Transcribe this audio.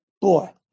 boy